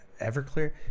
Everclear